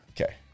Okay